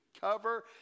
cover